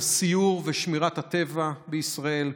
הסיור ושמירת הטבע בישראל,